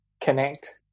connect